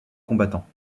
combattants